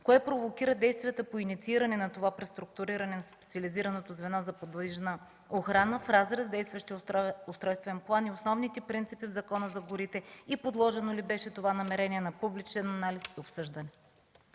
Кое провокира действията по иницииране на това преструктуриране на специализираното звено за подвижна охрана в разрез с действащия устройствен план и основните принципи на Закона за горите и подложено ли е това намерение на публичен анализ и обсъждане?